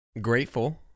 Grateful